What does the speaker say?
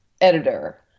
editor